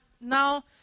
now